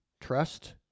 trust